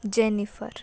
jennifer